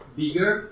bigger